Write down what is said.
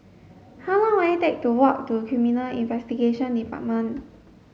how long will it take to walk to Criminal Investigation Department